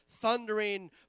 thundering